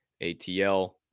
ATL